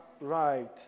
right